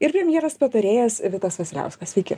ir premjerės patarėjas vitas vasiliauskas sveiki